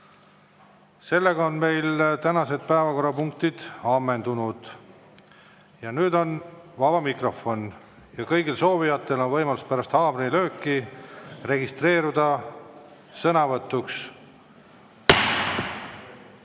kell 17.15. Meie tänased päevakorrapunktid on ammendunud. Nüüd on vaba mikrofon ja kõigil soovijatel on võimalus pärast haamrilööki registreeruda sõnavõtuks. Rain